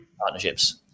partnerships